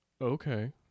okay